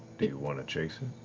do you want to chase it?